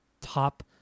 top